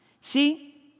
See